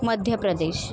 Madhya Pradesh